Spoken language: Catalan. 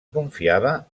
confiava